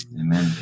Amen